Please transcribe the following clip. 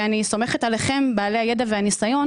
אני סומכת עליכם, בעלי הידע והניסיון